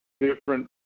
different